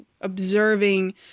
observing